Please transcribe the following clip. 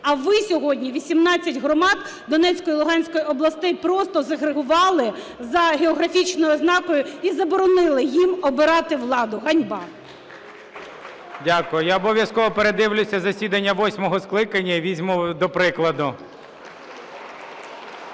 а ви сьогодні 18 громад Донецької і Луганської областей просто загрегували за географічною ознакою і заборонили їм обирати владу. Ганьба! ГОЛОВУЮЧИЙ. Дякую. Я обов'язково передивлюся засідання восьмого скликання і візьму до прикладу.